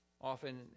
Often